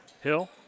Hill